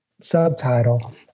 subtitle